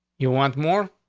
you want more?